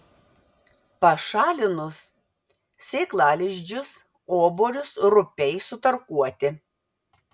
pašalinus sėklalizdžius obuolius rupiai sutarkuoti